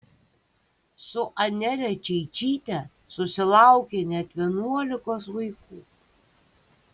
su anele čeičyte susilaukė net vienuolikos vaikų